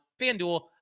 FanDuel